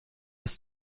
ist